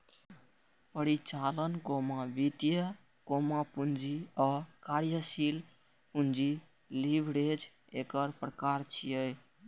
परिचालन, वित्तीय, पूंजी आ कार्यशील पूंजी लीवरेज एकर प्रकार छियै